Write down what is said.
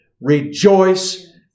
rejoice